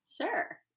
Sure